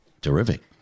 Terrific